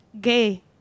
gay